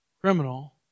criminal